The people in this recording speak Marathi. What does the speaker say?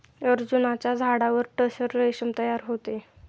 अर्जुनाच्या झाडावर टसर रेशीम तयार होते